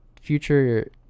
future